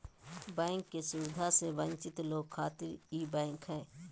bank के सुविधा से वंचित लोग खातिर ई बैंक हय